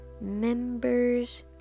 members